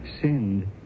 sinned